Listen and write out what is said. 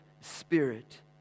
spirit